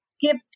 give